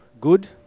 good